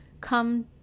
come